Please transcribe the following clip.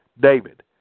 David